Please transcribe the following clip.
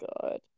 God